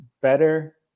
better